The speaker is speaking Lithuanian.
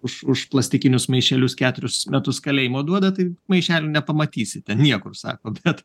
už už plastikinius maišelius ketverius metus kalėjimo duoda tai maišelių nepamatysi ten niekur sako bet